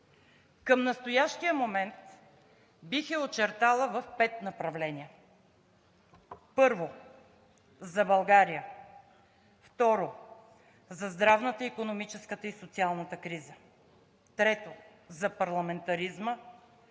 Към настоящия момент бих я очертала в пет направления. Първо, за България. Второ, за здравната, икономическата и социалната криза. Трето, за парламентаризма.